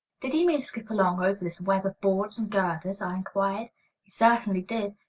did he mean skip along over this web of boards and girders? i inquired. he certainly did,